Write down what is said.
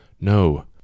no